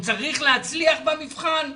הוא צריך להצליח במבחן,